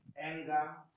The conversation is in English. anger